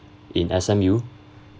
in S_M_U